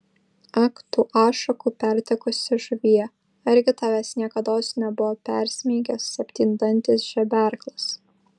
ak tu ašakų pertekusi žuvie argi tavęs niekados nebuvo persmeigęs septyndantis žeberklas